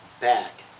back